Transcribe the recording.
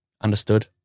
Understood